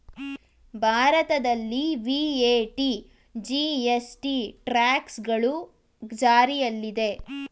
ಭಾರತದಲ್ಲಿ VAT, GST, tax ಗಳು ಜಾರಿಯಲ್ಲಿದೆ